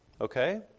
Okay